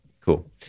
Cool